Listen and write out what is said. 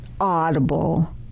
audible